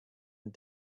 and